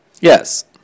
Yes